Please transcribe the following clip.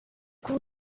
cours